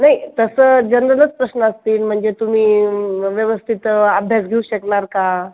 नाही तसं जनरलच प्रश्न असतील म्हणजे तुम्ही व्यवस्थित अभ्यास घेऊ शकणार का